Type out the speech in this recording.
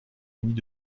munies